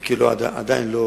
אם כי עדיין לא